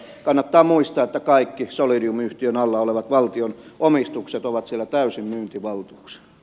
kannattaa muistaa että kaikki solidium yhtiön alla olevat valtion omistukset ovat siellä täysin myyntivaltuuksin